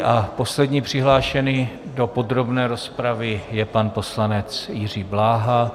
A poslední přihlášený do podrobné rozpravy je pan poslanec Jiří Bláha.